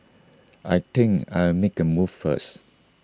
I think I'll make A move first